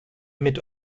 mit